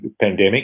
pandemic